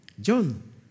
John